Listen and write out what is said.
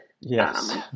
Yes